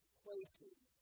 places